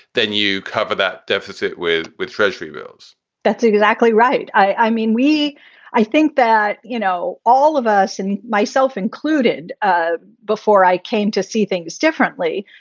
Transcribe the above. then you cover that deficit with with treasury bills that's exactly right. i mean, we i think that, you know, all of us and myself included, before i came to see things differently,